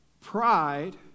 pride